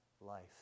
life